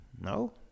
No